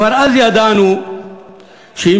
כבר אז ידענו שאם